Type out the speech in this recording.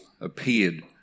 appeared